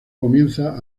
comienza